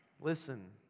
Listen